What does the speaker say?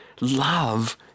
Love